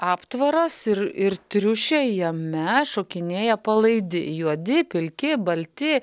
aptvaras ir ir triušiai jame šokinėja palaidi juodi pilki balti